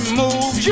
move